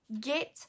get